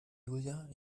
julia